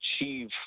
achieve